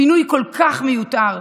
פינוי כל כך מיותר,